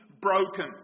broken